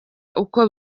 uko